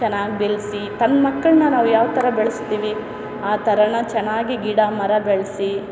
ಚೆನ್ನಾಗಿ ಬೆಳೆಸಿ ತನ್ನ ಮಕ್ಕಳನ್ನ ನಾವು ಯಾವ ಥರ ಬೆಳೆಸ್ತೀವಿ ಆ ಥರ ನಾವು ಚೆನ್ನಾಗಿ ಗಿಡ ಮರ ಬೆಳೆಸಿ